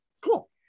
Cool